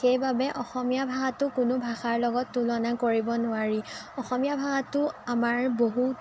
সেইবাবে অসমীয়া ভাষাটো কোনো ভাষাৰ লগত তুলনা কৰিব নোৱাৰি অসমীয়া ভাষাটো আমাৰ বহুত